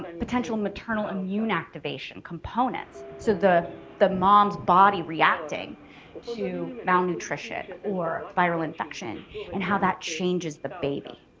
potential maternal immune activation components. so the the mom's body reacting to malnutrition or viral infection and how that changes the baby.